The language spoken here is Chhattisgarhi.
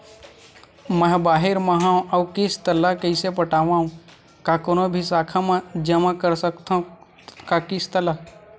मैं हा बाहिर मा हाव आऊ किस्त ला कइसे पटावव, का कोनो भी शाखा मा जमा कर सकथव का किस्त ला?